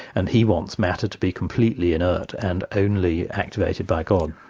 and he wants matter to be completely inert and only activated by god.